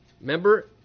Remember